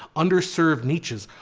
underserved niches,